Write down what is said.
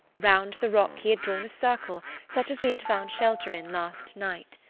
round the rock he had drawn a circle, such as we had found shelter in last night.